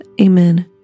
Amen